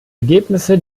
ergebnisse